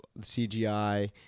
CGI